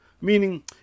Meaning